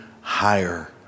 higher